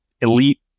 elite